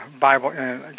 Bible